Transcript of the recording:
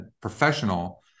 professional